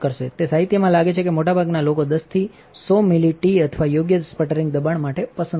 તે સાહિત્યમાં લાગે છે કે મોટાભાગના લોકો 10 થી 100 મીલીટીઅથવા યોગ્ય સ્પટરિંગ દબાણ માટે પસંદ કરે છે